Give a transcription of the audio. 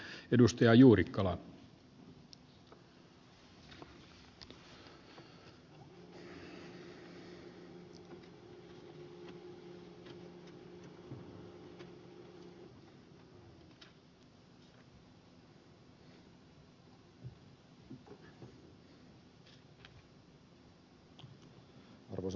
arvoisa puhemies